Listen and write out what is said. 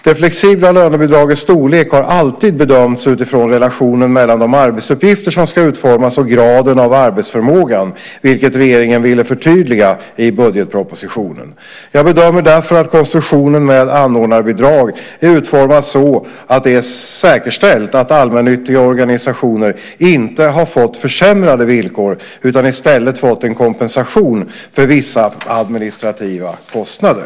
Det flexibla lönebidragets storlek har alltid bedömts utifrån relationen mellan de arbetsuppgifter som ska utformas och graden av arbetsförmågan, vilket regeringen ville förtydliga i budgetpropositionen. Jag bedömer därför att konstruktionen med anordnarbidrag är utformad så att det är säkerställt att allmännyttiga organisationer inte har fått försämrade villkor utan i stället får en kompensation för vissa administrativa kostnader.